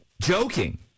Joking